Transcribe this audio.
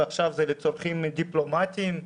ועכשיו זה לצרכים דיפלומטיים.